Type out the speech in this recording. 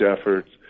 efforts